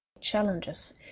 challenges